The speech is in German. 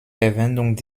verwendung